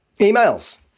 Emails